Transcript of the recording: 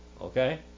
okay